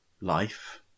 life